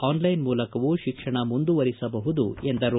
online ಮೂಲಕವೂ ಶಿಕ್ಷಣ ಮುಂದುವರಿಸಬಹುದು ಎಂದರು